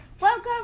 Welcome